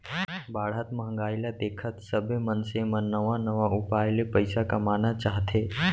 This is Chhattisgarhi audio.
बाढ़त महंगाई ल देखत सबे मनसे मन नवा नवा उपाय ले पइसा कमाना चाहथे